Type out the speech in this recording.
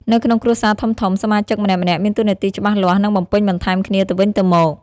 នៅក្នុងគ្រួសារធំៗ សមាជិកម្នាក់ៗមានតួនាទីច្បាស់លាស់ និងបំពេញបន្ថែមគ្នាទៅវិញទៅមក។